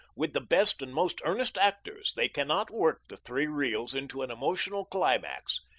with the best and most earnest actors they cannot work the three reels into an emotional climax,